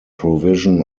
provision